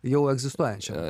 jau egzistuojančią